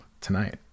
tonight